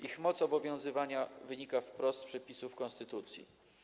Ich moc obowiązywania wynika wprost z przepisów konstytucji.